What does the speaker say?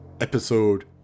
Episode